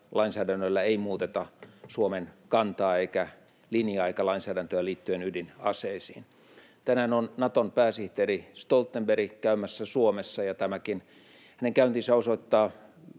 lainsäädännöllä ei muuteta Suomen kantaa eikä linjaa eikä lainsäädäntöä liittyen ydinaseisiin. Tänään on Naton pääsihteeri Stoltenberg ollut käymässä Suomessa, ja tämä hänenkin käyntinsä osoittaa